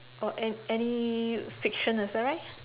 oh an~ any fiction is that right